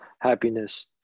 happiness